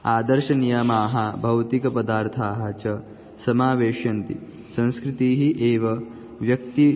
आदर्शनियमाः भौतिकपदार्थाः च समावेशयन्ति संस्कृतिः एव व्यक्तिः